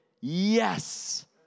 Yes